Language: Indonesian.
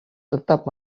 tetap